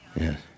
Yes